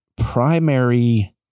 primary